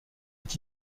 est